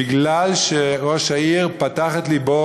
מפני שראש העיר פתח את לבו,